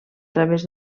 través